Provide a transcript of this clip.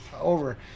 over